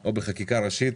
או בחקיקה ראשית.